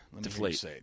Deflate